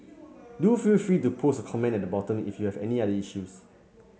do feel free to post a comment at the bottom if you've any other issues